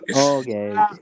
Okay